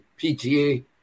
PTA